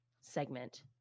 segment